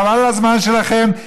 חבל על הזמן שלכם,